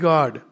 God